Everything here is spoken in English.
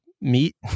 meat